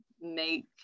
make